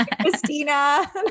Christina